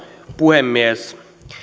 puhemies